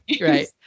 right